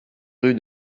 rue